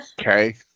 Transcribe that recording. Okay